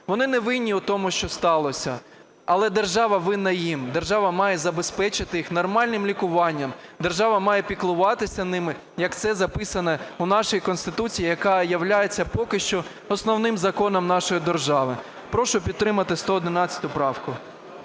Вони невинні в тому, що сталося, але держава винна їм. Держава має забезпечити їх нормальним лікуванням. Держава має піклуватися ними, як це записано в нашій Конституції, яка являється поки що Основним Законом нашої держави. Прошу підтримати 111 правку.